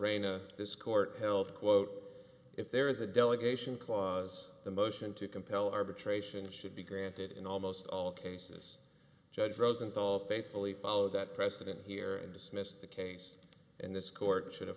rayna this court held quote if there is a delegation clause the motion to compel arbitration should be granted in almost all cases judge rosenthal faithfully follow that precedent here and dismissed the case and this court should